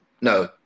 No